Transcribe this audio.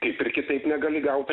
kaip ir kitaip negali gaut